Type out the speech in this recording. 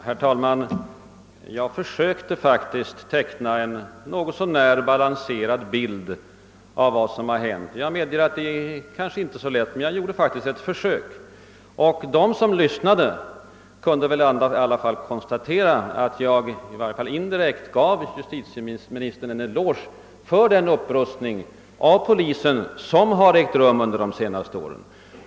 Herr talman! Jag försökte faktiskt teckna en något så när balanserad bild av vad som hänt. Jag medger att detta inte är lätt men gjorde i alla fall ett försök. De som lyssnade kunde nog också konstatera att jag, i varje fall indirekt, gav justitieministern en eloge för den upprustning av polisens resurser som ägt rum de senaste åren.